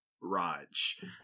raj